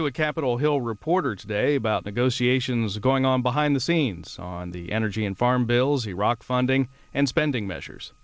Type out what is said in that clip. to a capitol hill reporter today about negotiations going on behind the scenes on the energy and farm bills iraq funding and spending measures